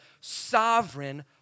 sovereign